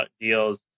deals